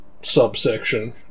subsection